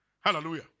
Hallelujah